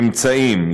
אמצעים,